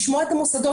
לשמוע את המוסדות,